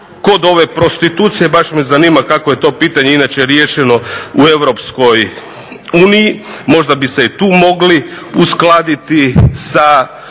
Kod ove prostitucije baš me zanima kako je to pitanje inače riješeno u EU. Možda bi se i tu mogli uskladiti sa